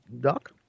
Doc